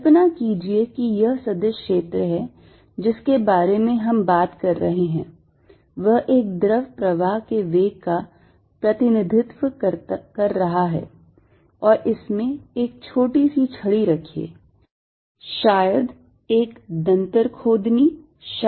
कल्पना कीजिए कि यह सदिश क्षेत्र जिसके बारे में हम बात कर रहे हैं वह एक द्रव प्रवाह के वेग का प्रतिनिधित्व कर रहा है और इसमें एक छोटी सी छड़ी रखिए शायद एक दंर्तखोदनी शायद माचिस